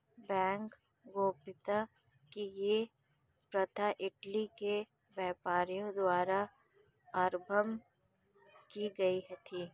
bank गोपनीयता की यह प्रथा इटली के व्यापारियों द्वारा आरम्भ की गयी थी